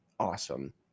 Awesome